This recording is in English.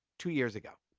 two years ago.